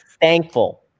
thankful